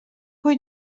pwy